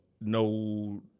no